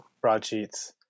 broadsheets